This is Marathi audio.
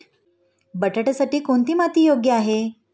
बटाट्यासाठी कोणती माती योग्य आहे?